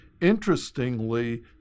Interestingly